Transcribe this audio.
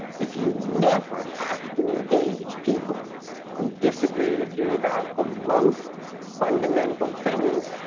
if you never have to engage people who disagree with you about the most fundamental things,